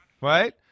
Right